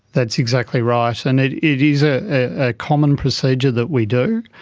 that's exactly right, and it it is a ah common procedure that we do,